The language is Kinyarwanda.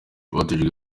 yabajijwe